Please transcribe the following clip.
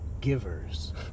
givers